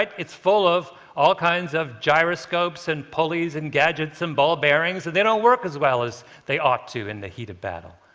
it's full of all kinds of gyroscopes and pulleys and gadgets and ball-bearings, and they don't work as well as they ought to in the heat of battle.